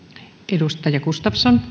arvoisa puhemies